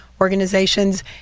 organizations